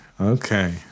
okay